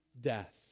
death